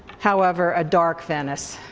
however, a dark venice.